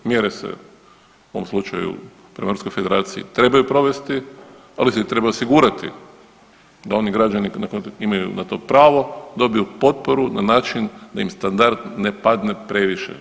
Mjere se u ovom slučaju prema Ruskoj federaciji trebaju provesti, ali se treba osigurati da oni građani koji imaju na to pravo dobiju potporu na način da im standard ne padne previše.